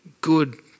good